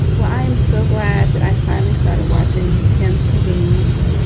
well, i'm so glad that i finally started watching kim's convenience.